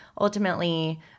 ultimately